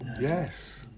yes